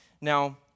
Now